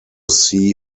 see